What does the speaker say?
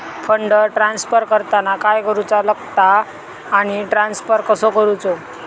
Fund transfer करताना काय करुचा लगता आनी ट्रान्स्फर कसो करूचो?